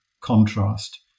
contrast